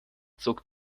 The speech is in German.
zog